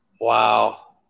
Wow